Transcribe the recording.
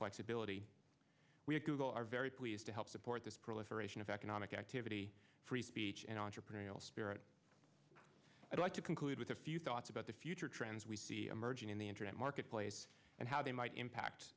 flexibility we have to go are very pleased to help support this proliferation of economic activity free speech and entrepreneurial spirit i'd like to conclude with a few thoughts about the future trends we see emerging in the internet marketplace and how they might impact